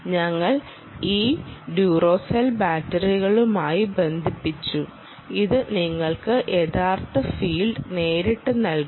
ഞങ്ങൾ ഈ ഡ്യൂറസെൽ ബാറ്ററികളുമായി ബന്ധിപ്പിച്ചു ഇത് നിങ്ങൾക്ക് യഥാർത്ഥ ഫീൽഡ് നേരിട്ട് നൽകുന്നു